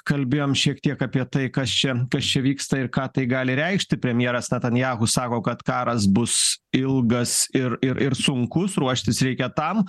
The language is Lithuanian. kalbėjom šiek tiek apie tai kas čia kas čia vyksta ir ką tai gali reikšti premjeras natanjahu sako kad karas bus ilgas ir ir ir sunkus ruoštis reikia tam